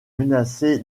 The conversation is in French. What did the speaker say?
menacé